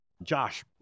Josh